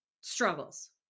struggles